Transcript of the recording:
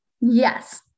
yes